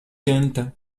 quinte